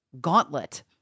gauntlet